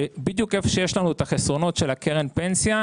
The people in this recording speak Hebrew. שבדיוק איפה שיש לנו את החסרונות של הקרן פנסיה,